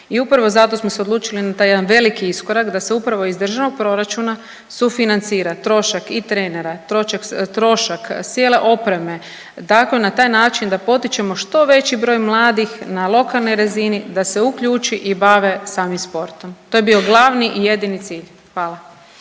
i upravo zato smo se odlučili na taj jedan veliki iskorak da se upravo iz državnog proračuna sufinancira trošak i trenera, trošak cijele opreme tako na taj način da potičemo što veći broj mladih na lokalnoj razini da se uključi i bave sami sportom. To je bio glavni i jedini cilj. Hvala.